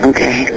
Okay